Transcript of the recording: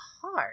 hard